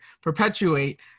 perpetuate